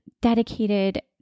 dedicated